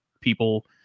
people